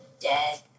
dead